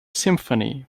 symphony